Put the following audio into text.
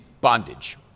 bondage